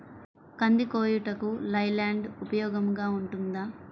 కంది కోయుటకు లై ల్యాండ్ ఉపయోగముగా ఉంటుందా?